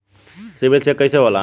CIBIL check कइसे होला?